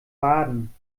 baden